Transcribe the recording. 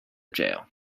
jail